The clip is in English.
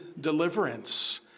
deliverance